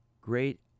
great